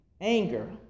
anger